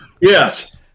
Yes